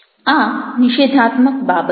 આ નિષેધાત્મક બાબત છે